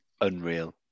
Unreal